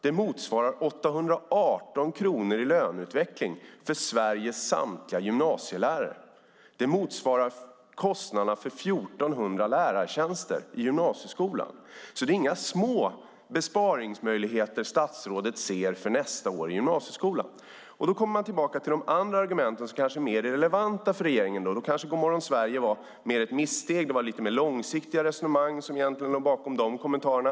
Det motsvarar 818 kronor i löneutveckling för Sveriges samtliga gymnasielärare. Det motsvarar kostnaderna för 1 400 lärartjänster i gymnasieskolan. Det är alltså inga små besparingsmöjligheter statsrådet ser för nästa år i gymnasieskolan. Då kommer man tillbaka till de andra argumenten, som kanske är mer relevanta för regeringen. Gomorron Sverige var kanske mer ett missteg; det var lite mer långsiktiga resonemang som låg bakom de kommentarerna.